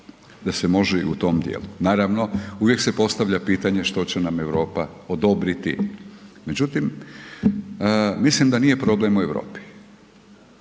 da se može i u tom djelu, naravno, uvijek se postavlja pitanje što će nam Europa odobriti, međutim, mislim da nije problem u Europi,